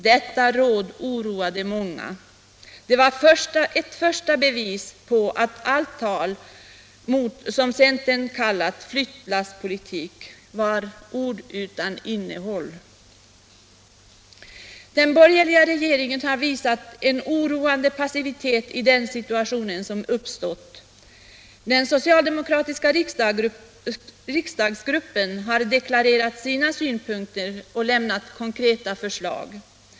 Detta råd oroade många — det var ett första bevis på att allt tal mot ”flyttlasspolitik” från centerns sida var ord utan innehåll. Den borgerliga regeringen har visat en oroande passivitet i den situation som uppstått. Den socialdemokratiska riksdagsgruppen har deklarerat sina synpunkter och lämnat konkreta förslag.